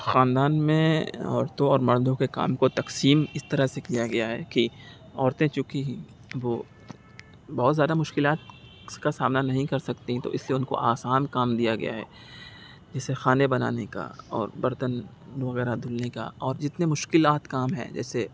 خاندان میں عورتوں اور مردوں کے کام کو تقسیم اس طرح سے کیا گیا ہے کہ عورتیں چونکہ وہ بہت زیادہ مشکلات کا سامنا نہیں کر سکتیں تو اس لیے ان کو آسان کام دیا گیا ہے جیسے کھانے بنانے کا اور برتن وغیرہ دھلنے کا اور جتنے مشکلات کام ہیں جیسے